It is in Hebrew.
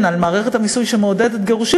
על מערכת המיסוי שהיא מעודדת גירושין,